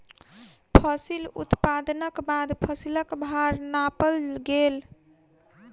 फसिल उत्पादनक बाद फसिलक भार नापल गेल